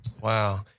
Wow